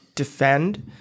defend